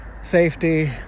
safety